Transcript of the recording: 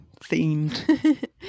themed